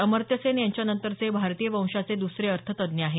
अमर्त्य सेन यांच्यानंतरचे भारतीय वंशाचे दुसरे अर्थतज्ज्ञ आहेत